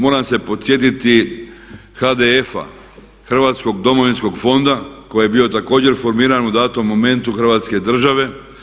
Moram se podsjetiti HDF-a Hrvatskog domovinskog fonda koji je bio također formiran u datom momentu Hrvatske države.